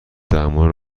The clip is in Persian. درمان